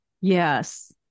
Yes